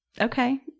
okay